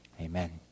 Amen